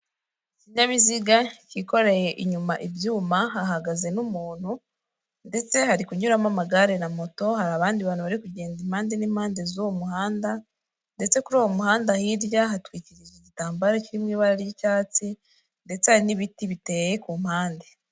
Ikinyabiziga cyikoreye inyuma ibyuma hahagaze n'umuntu ndetse hari kunyuramo amagare na moto, hari abandi bantu bari kugenda impande n'impande z'uwo muhanda ndetse kuri uwo muhanda hirya, hatwikirije igitambaro kirimo ibara ry'icyatsi ndetse hari n'ibiti biteye ku mpande.